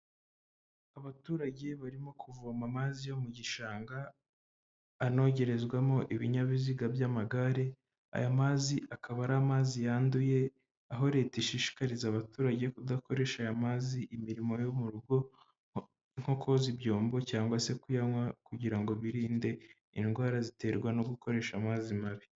Abaturage barimo kuvoma amazi yo mu gishanga anogerezwamo ibinyabiziga by'amagare, aya mazi akaba ari amazi yanduye, aho leta ishishikariza abaturage kudakoresha aya mazi imirimo yo mu rugo, nko kwoza ibyombo cyangwa se kuyanywa kugira ngo birinde indwara ziterwa no gukoresha amazi mabi.